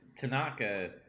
Tanaka